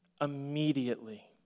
immediately